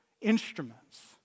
instruments